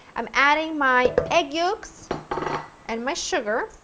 i'm adding my egg yolks and my sugar,